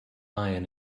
iron